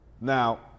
Now